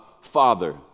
Father